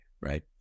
Right